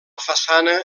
façana